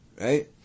right